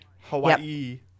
Hawaii